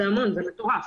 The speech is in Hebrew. זה המון, זה מטורף,